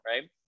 right